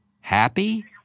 happy